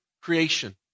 creation